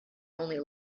only